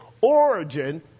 origin